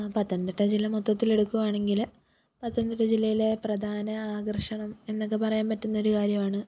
പത്തനംതിട്ട ജില്ല മൊത്തത്തിലെടുക്കുകയാണെങ്കിൽ പത്തനതിട്ട ജില്ലയിലെ പ്രധാന ആകര്ഷണം എന്നൊക്കെ പറയാന് പറ്റുന്നൊരു കാര്യമാണ്